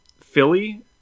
Philly